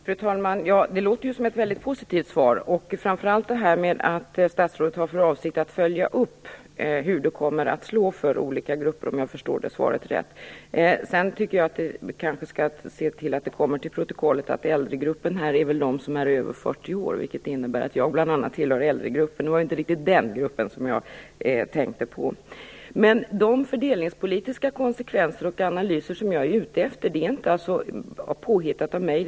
Fru talman! Det låter som ett väldigt positivt svar, framför allt att statsrådet har för avsikt att följa upp hur förändringen kommer att slå för olika grupper, om jag förstod svaret rätt. Sedan tycker jag att det skall tas till protokollet att äldregruppen här består av dem som är över 40 år, vilket innebär att bl.a. jag tillhör äldregruppen. Det var inte riktigt den gruppen som jag tänkte på. Att vara ute efter fördelningspolitiska konsekvenser och analyser är inte något som är påhittat av mig.